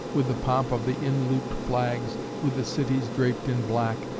with the pomp of the inloop'd flags, with the cities draped in black,